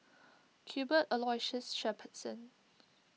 Cuthbert Aloysius Shepherdson